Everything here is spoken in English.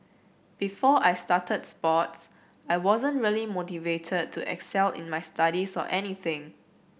before I started sports I wasn't really motivated to excel in my studies or anything